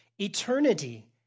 eternity